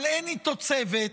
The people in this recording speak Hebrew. אבל אין איתו צוות.